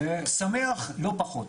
שמח לא פחות.